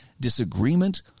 disagreement